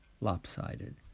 lopsided